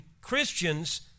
Christians